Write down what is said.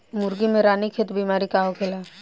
मुर्गी में रानीखेत बिमारी का होखेला?